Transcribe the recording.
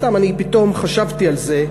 סתם, פתאום חשבתי על זה.